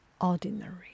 ordinary